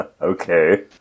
okay